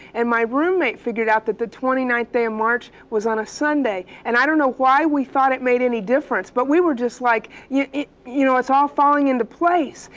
and my roommate figured out that the twenty ninth day of march was on a sunday. and i don't know why we thought it made any difference, but we were just like, yeah you know, it's all falling into place.